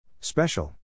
Special